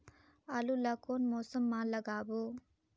आलू ला कोन मौसम मा लगाबो?